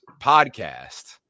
podcast